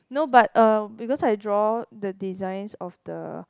no but uh because I draw the designs of the